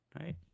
right